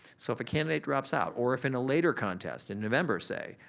so, if a candidate drops out or if in a later contest, in november say,